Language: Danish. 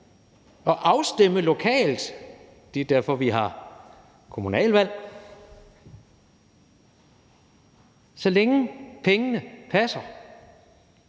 og afstemme lokalt. Det er derfor, vi har kommunalvalg. Så længe pengene passer,